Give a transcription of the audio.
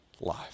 life